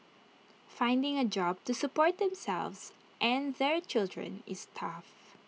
finding A job to support themselves and their children is tough